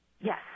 Yes